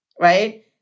right